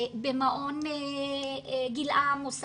במעון 'גילעם' הוספנו.